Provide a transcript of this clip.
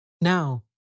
Now